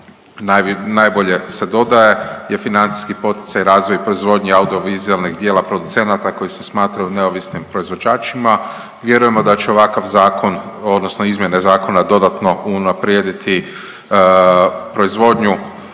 najbolje se dodaje je financijski poticaj i razvoj proizvodnje audiovizualnih djela producenata koji se smatraju neovisnim proizvođačima, vjerujemo da će ovakav zakon odnosno izmjene zakona dodatno unaprijediti proizvodnju